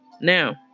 Now